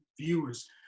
viewers